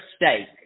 mistake